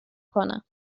کنم